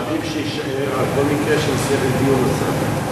אני מעדיף שיישאר על כל מקרה של סבב דיון נוסף.